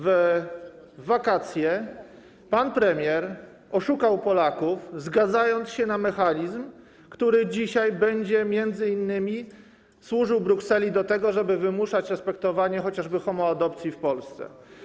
W wakacje pan premier oszukał Polaków, zgadzając się na mechanizm, który dzisiaj będzie m.in. służył Brukseli do tego, żeby wymuszać respektowanie chociażby homoadopcji w Polsce.